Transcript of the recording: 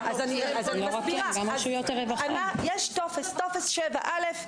יש טופס 7(א).